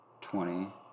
twenty